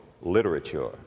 literature